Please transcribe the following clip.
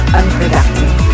unproductive